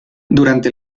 durante